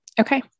Okay